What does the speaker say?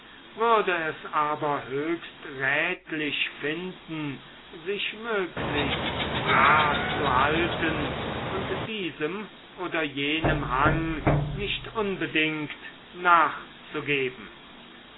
würde es aber höchst rätlich finden sich möglichst klar zu halten und diesem oder jenem hang nicht unbedingt nachzugeben